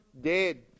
dead